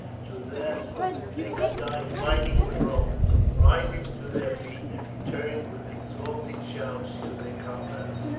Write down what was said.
so that they could die fighting with romans. rising to their feet they returned with exulting shouts to their comrades.